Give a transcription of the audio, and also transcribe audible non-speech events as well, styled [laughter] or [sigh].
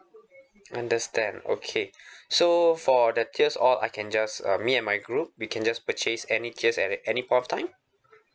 understand okay [breath] so for the tiers all I can just uh me and my group we can just purchase any tiers at any point of time